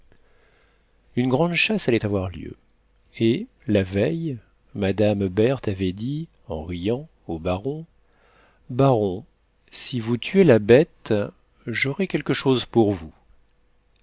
une grande chasse allait avoir lieu et la veille mme berthe avait dit en riant au baron baron si vous tuez la bête j'aurai quelque chose pour vous